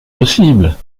possible